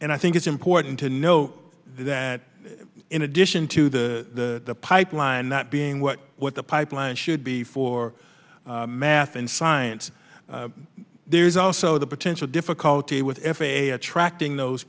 and i think it's important to note that in addition to the pipeline not being what what the pipeline should be for math and science there's also the potential difficulty with f a a attracting those